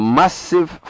massive